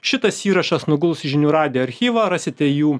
šitas įrašas nuguls į žinių radijo archyvą rasite jų